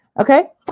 Okay